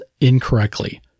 incorrectly